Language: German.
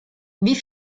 wie